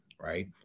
Right